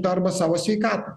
turtą arba savo sveikatą